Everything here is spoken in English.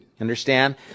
Understand